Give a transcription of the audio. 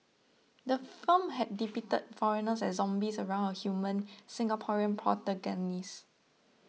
the film had depicted foreigners as zombies around a human Singaporean protagonist